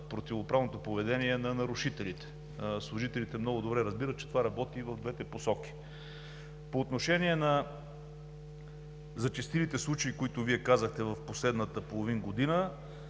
противоправното поведение на нарушителите. Служителите много добре разбират, че това работи и в двете посоки. По отношение на зачестилите случаи в последната половин година,